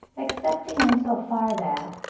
excepting in so far that,